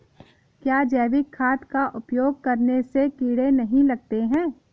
क्या जैविक खाद का उपयोग करने से कीड़े नहीं लगते हैं?